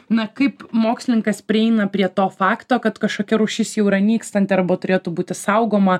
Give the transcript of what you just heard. na kaip mokslininkas prieina prie to fakto kad kažkokia rūšis jau yra nykstanti arba turėtų būti saugoma